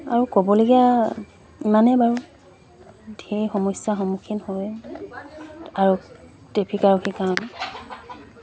আৰু ক'বলগীয়া ইমানেই বাৰু ঢেৰ সমস্যাৰ সন্মুখীন হয় আৰু ট্ৰেফিক আৰক্ষীৰ কাৰণে